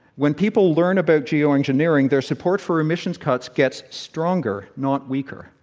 when people learn about geoengineering, their support for emission cuts gets stronger, not weaker.